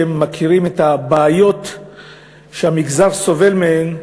שמכירים את הבעיות שהמגזר סובל מהן.